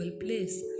place